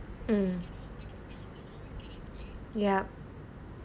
mm yup